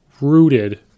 rooted